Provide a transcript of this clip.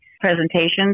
presentations